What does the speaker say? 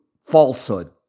falsehood